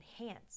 enhance